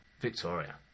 Victoria